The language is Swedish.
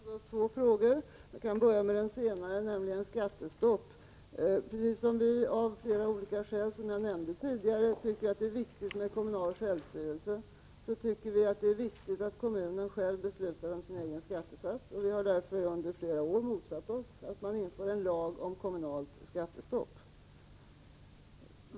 Fru talman! Bo Lundgren tog upp två frågor. Jag skall börja med den senare, nämligen frågan om skattestopp. Precis som vi av flera skäl som jag nämnde tidigare tycker att det är viktigt med kommunal självstyrelse tycker vi att det är viktigt att kommunen själv beslutar om sin skattesats. Vi har därför under flera år motsatt oss att man inför en lag om kommunalt skattestopp.